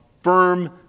firm